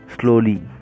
slowly